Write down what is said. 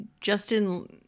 Justin